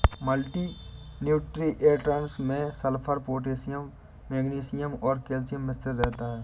multi nutrients में sulphur, potassium magnesium और calcium मिश्रित रहता है